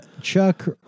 Chuck